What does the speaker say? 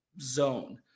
zone